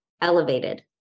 Elevated